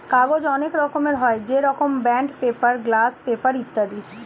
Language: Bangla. কাগজ অনেক রকমের হয়, যেরকম বন্ড পেপার, গ্লাস পেপার ইত্যাদি